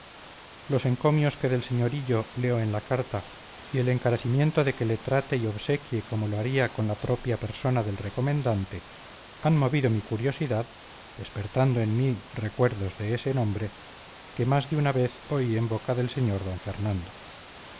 los encomios que del señor hillo leo en la carta y el encarecimiento de que le trate y obsequie como lo haría con la propia persona del recomendante han movido mi curiosidad despertando en mí recuerdos de ese nombre que más de una vez oí en boca del sr d fernando